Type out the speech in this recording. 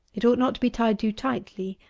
it ought not to be tied too tightly,